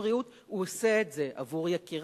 בריאות הוא עושה את זה עבור יקיריו,